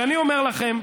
ואני אומר לכם,